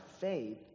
faith